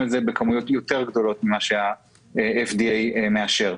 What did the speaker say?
את זה בכמויות גדולות יותר ממה שה-FDA מאשר.